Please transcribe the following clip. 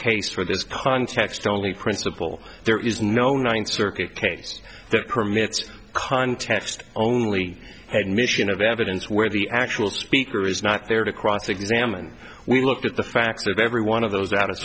case for this context only principle there is no ninth circuit case that permits context only and mission of evidence where the actual speaker is not there to cross examine we look at the facts of every one of those out